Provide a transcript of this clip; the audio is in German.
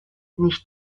nicht